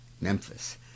Memphis